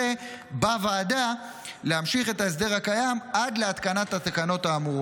בוועדה להמשיך את ההסדר הקיים עד להתקנת התקנות האמורות.